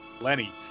Lenny